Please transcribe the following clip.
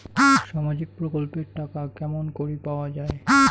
সামাজিক প্রকল্পের টাকা কেমন করি পাওয়া যায়?